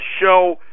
show